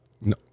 No